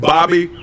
Bobby